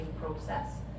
process